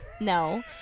no